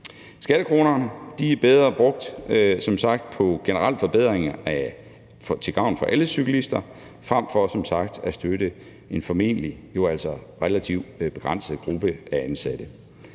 Skattekronerne er som sagt bedre brugt på generelle forbedringer til gavn for alle cyklister frem for at støtte en formentlig relativt begrænset gruppe af ansatte.